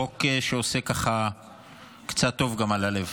זה חוק שעושה קצת טוב גם על הלב.